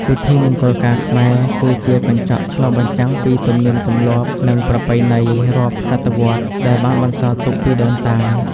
ពិធីមង្គលការខ្មែរ គឺជាកញ្ចក់ឆ្លុះបញ្ចាំងពី ទំនៀមទម្លាប់ និងប្រពៃណីរាប់សតវត្សរ៍ ដែលបានបន្សល់ទុកពីដូនតា។